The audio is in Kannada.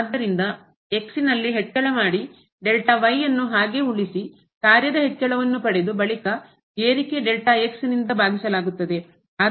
ಆದ್ದರಿಂದ ಹೆಚ್ಚಳ ಮಾಡಿ ಯನ್ನು ಹಾಗೆ ಉಳಿಸಿ ಕಾರ್ಯದ ಹೆಚ್ಚಳವನ್ನು ಪಡೆದು ಬಳಿಕ ಏರಿಕೆ ಭಾಗಿಸಲಾಗುತ್ತದೆ